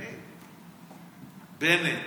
בנט,